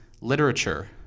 literature